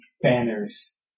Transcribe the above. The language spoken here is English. banners